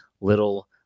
little